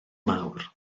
mawr